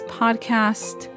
podcast